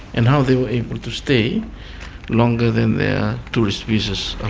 and how they were able to stay longer than their tourist visas ah